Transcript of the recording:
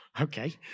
okay